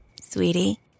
Sweetie